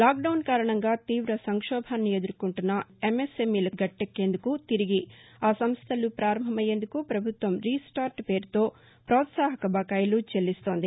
lockdown కారణంగా తీవ సంక్షోభాన్ని ఎదుర్కొంటున్న ఎంఎస్ఎంఈలు గట్లెక్నేందుకు తిరిగి ఆ సంస్లలు ప్రారంభమయ్యేందుకు ప్రభుత్వం రీస్టార్ట్ పేరుతో ప్రోత్సాహక బకాయిలు చెల్లిస్తోంది